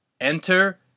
Enter